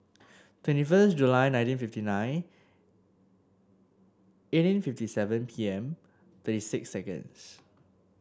twenty first July nineteen fifty nine eighteen fifty seven P M thirty six seconds